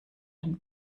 den